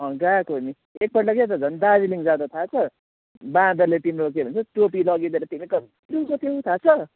गएको नि एक पल्ट के हो त झन् दार्जिलिङ जाँदा थाहा छ बाँदरले तिम्रो के भन्छ टोपी लगिदिएर तिमी कति रोएको थियौ थाहा छ